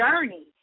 journey